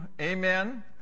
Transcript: amen